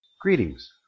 Greetings